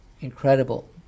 incredible